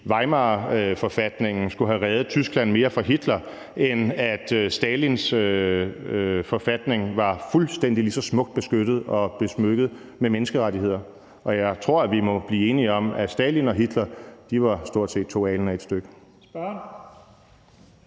Weimarforfatningen, skulle have reddet Tyskland mere fra Hitler, end at Stalins forfatning var fuldstændig lige så smukt beskyttet og besmykket med menneskerettigheder. Og jeg tror, at vi må blive enige om, at Stalin og Hitler stort set var to alen af ét stykke.